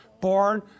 born